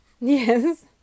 Yes